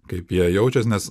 kaip jie jaučias nes